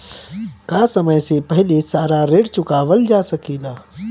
का समय से पहले सारा ऋण चुकावल जा सकेला?